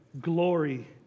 Glory